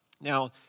Now